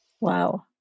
Wow